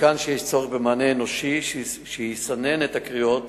מכאן שיש צורך במענה אנושי שיסנן את הקריאות